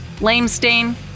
Lame-stain